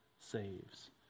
saves